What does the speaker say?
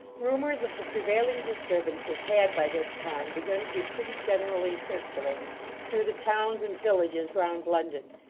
rumours of the prevailing disturbances had, by this time, begun to be pretty generally circulated through the towns and villages round london,